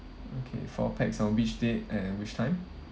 okay four pax on which date and which time